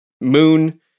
Moon